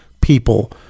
people